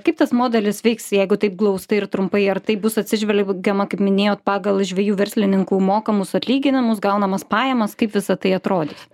kaip tas modelis veiks jeigu taip glaustai ir trumpai ar tai bus atsižvelgiama kaip minėjot pagal žvejų verslininkų mokamus atlyginimus gaunamas pajamas kaip visa tai atrodys